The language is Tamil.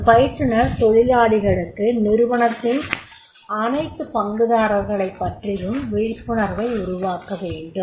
ஒரு பயிற்றுனர் தொழிலாளிகளுக்கு நிறுவனத்தின் அனைத்து பங்குதாரர்களைப் பற்றியும் விழிப்புணர்வை உருவாக்கவேண்டும்